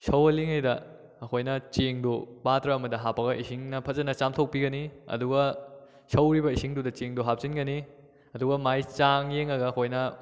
ꯁꯧꯍꯜꯂꯤꯉꯩꯗ ꯑꯩꯍꯣꯏꯅ ꯆꯦꯡꯗꯨ ꯄꯥꯇ꯭ꯔ ꯑꯃꯗ ꯍꯥꯞꯄꯒ ꯏꯁꯤꯡꯅ ꯐꯖꯅ ꯆꯥꯝꯊꯣꯛꯄꯤꯒꯅꯤ ꯑꯗꯨꯒ ꯁꯧꯔꯤꯕ ꯏꯁꯤꯡꯗꯨꯗ ꯆꯦꯡꯗꯨ ꯍꯥꯞꯆꯤꯟꯒꯅꯤ ꯑꯗꯨꯒ ꯃꯥꯏ ꯆꯥꯡ ꯌꯦꯡꯂꯒ ꯑꯩꯈꯣꯏꯅ